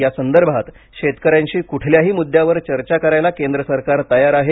या संदर्भात शेतकऱ्यांशी कुठल्याही मुद्यावर चर्चा करायला केंद्र सरकार तयार आहे